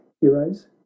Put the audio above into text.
heroes